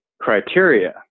Criteria